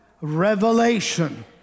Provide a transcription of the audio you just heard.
Revelation